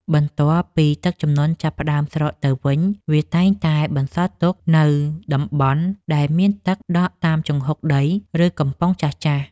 បន្ទាប់ពីទឹកជំនន់ចាប់ផ្តើមស្រកទៅវិញវាតែងតែបន្សល់ទុកនូវតំបន់ដែលមានទឹកដក់តាមជង្ហុកដី ឬកំប៉ុងចាស់ៗ។